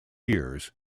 years